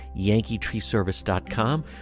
yankeetreeservice.com